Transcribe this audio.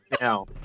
Now